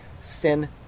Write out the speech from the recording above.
sin